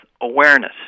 awareness